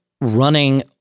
running